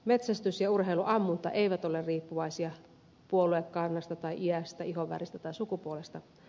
metsästys ja urheiluammunta eivät ole riippuvaisia puoluekannasta tai iästä ihonväristä tai sukupuolesta